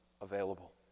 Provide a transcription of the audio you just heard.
available